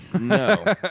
No